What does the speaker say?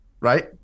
right